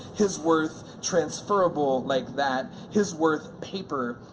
his worth transferable like that, his worth paper.